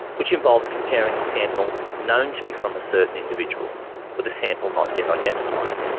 which involves comparing a sample known to be from a certain individual with a sample not yet identified.